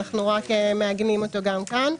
אנו רק מעגנים אותו גם כאן.